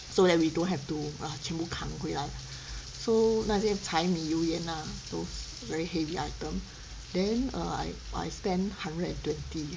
so that we don't have to ah 全部抗回来 so 那些柴米油盐 ah those very heavy items then I I spend hundred and twenty